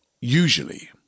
Usually